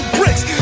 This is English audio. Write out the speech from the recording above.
bricks